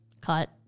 cut